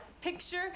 picture